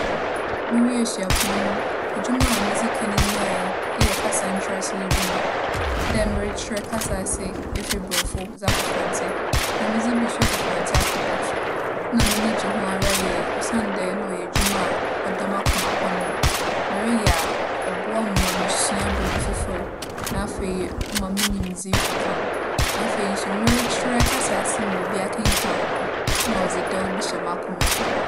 Muwiee suapͻn no, edwuma a midzii kan nyae eyɛ kasa nkyerɛasee edwuma. Dɛ merekyerɛ kasa ase efi Borͻfo dze akͻ Fantse, na medze bi so efi Fantse akͻ Borͻfo. Na m'enyi gye ho ara yie osiandɛ nna ͻyɛ edwuma a ͻda m'akoma pon do. Mereyɛ a, ͻboa me ma musua biribi fofor, na afei ͻma me nyimdzee kͻ kan. Na afei so merekyerɛ kasa ase ma obi akenkan no, nna dze dɛw bi hyɛ m'akoma mu ma.